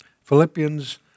Philippians